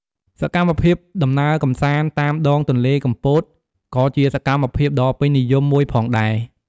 សកម្មភាពដំណើរកម្សាន្តតាមដងទន្លេកំពត ក៏ជាសកម្មភាពដ៏ពេញនិយមមួយផងដែរ។